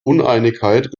uneinigkeit